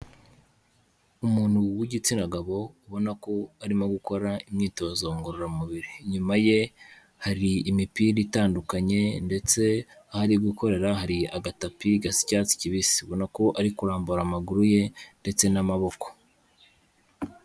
Umuntu w'igitsina gabo ubona ko arimo gukora imyitozo ngororamubiri, inyuma ye hari imipira itandukanye ndetse aho ari gukorera hari agatapi gasa icyatsi kibisi, ubona ko ari kurambura amaguru ye ndetse n'amaboko.